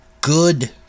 good